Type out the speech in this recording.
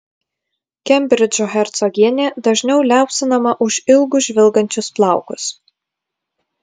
kembridžo hercogienė dažniau liaupsinama už ilgus žvilgančius plaukus